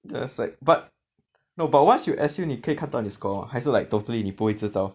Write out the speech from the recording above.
that's like but no but once you S_U 你可以看到你 score mah 还是 like totally 你不会知道